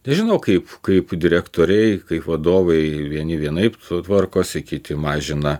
nežinau kaip kaip direktoriai kaip vadovai vieni vienaip tvarkosi kiti mažina